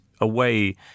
away